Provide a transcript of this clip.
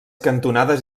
cantonades